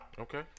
Okay